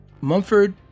Mumford